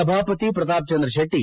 ಸಭಾಪತಿ ಪ್ರತಾಪ್ಚಂದ್ರ ಶೆಟ್ಟಿ